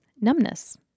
Numbness